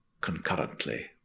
concurrently